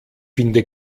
finde